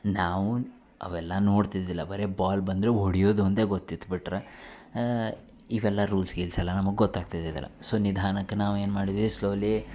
ನಾವು ಅವೆಲ್ಲ ನೋಡ್ತಿದ್ದಿದಿಲ್ಲ ಬರೀ ಬಾಲ್ ಬಂದರೆ ಹೊಡಿಯೋದು ಒಂದೇ ಗೊತ್ತಿತ್ತು ಬಿಟ್ಟರೆ ಇವೆಲ್ಲ ರೂಲ್ಸ್ ಗೀಲ್ಸ್ ಎಲ್ಲ ನಮಗೆ ಗೊತ್ತಾಗ್ತಿದ್ದಿದ್ದಿಲ್ಲ ಸೋ ನಿಧಾನಕ್ಕೆ ನಾವೇನು ಮಾಡಿದ್ವಿ ಸ್ಲೋಲೀ